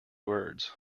words